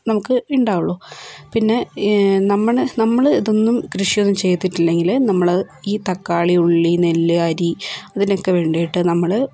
നമുക്ക് ഉണ്ടാവുള്ളൂ പിന്നെ നമ്മളെ നമ്മൾ ഇതൊന്നും കൃഷി ഒന്നും ചെയ്തിട്ടില്ലെങ്കിൽ നമ്മൾ ഈ തക്കാളി ഉള്ളി നെല്ല് അരി ഇതിനൊക്കെ വേണ്ടിയിട്ട് നമ്മൾ